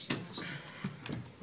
ועדת המשנה לנושאים חסויים ומסווגים.